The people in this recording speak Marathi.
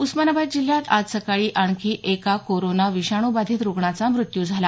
उस्मानाबाद जिल्ह्यात आज सकाळी आणखी एका कोरोना विषाणूबाधित रुग्णाचा मृत्यू झाला